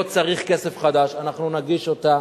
לא צריך כסף חדש, אנחנו נגיש אותה